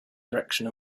direction